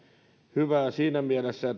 hyvää siinä mielessä